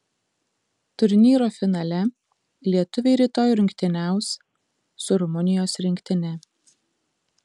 turnyro finale lietuviai rytoj rungtyniaus su rumunijos rinktine